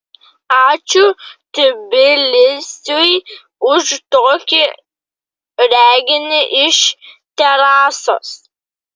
ačiū tbilisiui už tokį reginį iš terasos